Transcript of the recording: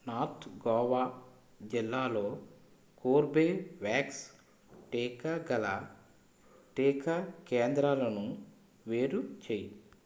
north Goa జిల్లాలో Corbevax టీకా గల టీకా కేంద్రాలను వేరు చేయి